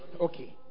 Okay